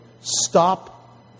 stop